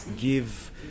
give